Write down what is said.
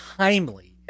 timely